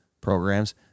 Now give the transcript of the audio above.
programs